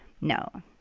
no